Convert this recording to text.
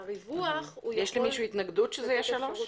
יש למישהו התנגדות שזה יהיה 3?